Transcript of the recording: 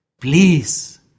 please